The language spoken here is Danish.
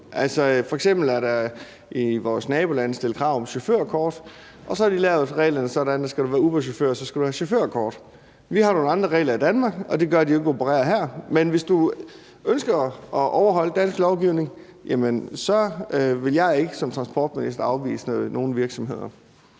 F.eks. er der i vores nabolande stillet krav om chaufførkort, og så har de lavet reglerne sådan, at skal du være Uberchauffør, skal du have chaufførkort. Vi har nogle andre regler i Danmark, og det gør, at de ikke opererer her. Men hvis du som virksomhed ønsker at overholde dansk lovgivning, vil jeg ikke som transportminister afvise nogen virksomheder.